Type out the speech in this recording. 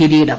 കിരീടം